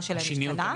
שההגדרה שלהם משתנה.